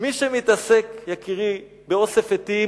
מי שמתעסק, יקירי, באוסף עטים,